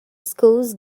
schools